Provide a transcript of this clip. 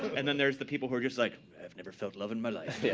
and then there's the people who are just, like, i've never felt love in my life. yeah